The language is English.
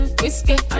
whiskey